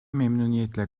memnuniyetle